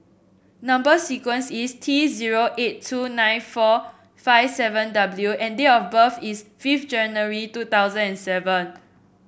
number sequence is T zero eight two nine four five seven W and date of birth is fifth January two thousand and seven